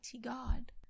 God